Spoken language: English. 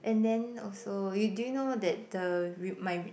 and then also you do you know that the re~ my rem~